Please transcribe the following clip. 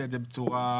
רישוי עסקים,